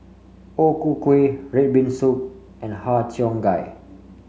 O Ku Kueh red bean soup and Har Cheong Gai